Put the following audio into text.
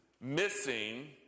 missing